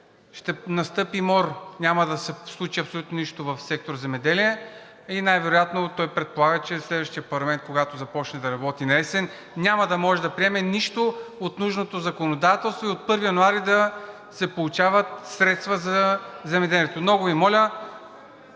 ще настъпи мор, няма да се случи абсолютно нищо в сектор „Земеделие“ и най-вероятно той предполага, че следващият парламент, когато започне да работи на есен, няма да може да приеме нищо от нужното законодателство и от 1 януари да се получават средства за земеделието. Много Ви моля